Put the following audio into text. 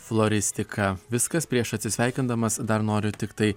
floristiką viskas prieš atsisveikindamas dar noriu tiktai